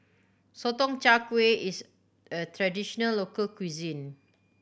Sotong Char Kway is a traditional local cuisine